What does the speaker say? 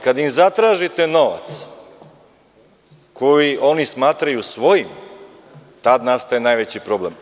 Kada im zatražite novac koji oni smatraju svojim, tada nastaje najveći problem.